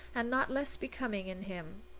and not less becoming in him.